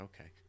okay